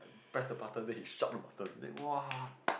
press the button then he shout the button then !wah!